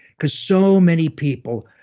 cause so many people,